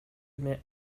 admit